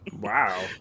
Wow